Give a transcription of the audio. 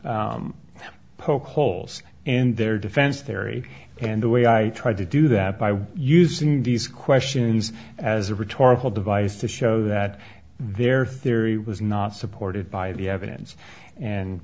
poke holes in their defense theory and the way i tried to do that by using these questions as a rhetorical device to show that their theory was not supported by the evidence and